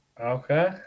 Okay